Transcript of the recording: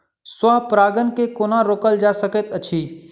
स्व परागण केँ कोना रोकल जा सकैत अछि?